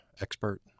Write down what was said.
expert